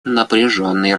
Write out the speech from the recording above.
напряженной